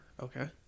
Okay